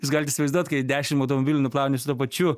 jūs galit įsivaizduot kai dešim automobilių nuplauni su tuo pačiu